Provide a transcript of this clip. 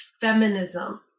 feminism